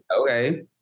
Okay